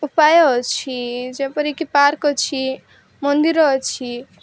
ଉପାୟ ଅଛି ଯେପରି କି ପାର୍କ ଅଛି ମନ୍ଦିର ଅଛି